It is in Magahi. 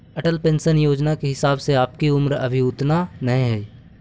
अटल पेंशन योजना के हिसाब से आपकी उम्र अभी उतना न हई